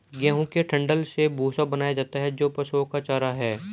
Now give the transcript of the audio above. गेहूं के डंठल से भूसा बनाया जाता है जो पशुओं का चारा है